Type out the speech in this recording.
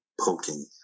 poking